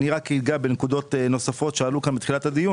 אני רק אגע בנקודות נוספות שעלו כאן בתחילת הדיון